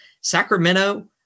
Sacramento